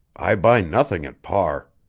i buy nothing at par.